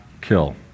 kill